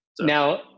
now